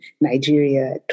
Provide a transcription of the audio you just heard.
Nigeria